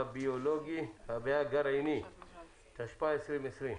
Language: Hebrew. הביולוגי והגרעיני) (תיקון), התשפ"א-2020.